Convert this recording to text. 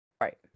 Right